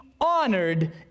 HONORED